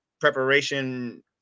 preparation